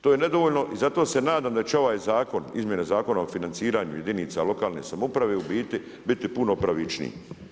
To je nedovoljno i zato se nadam da će ovaj zakon, izmjene zakona o financiranju jedinica lokalne samouprave u biti puno pravičniji.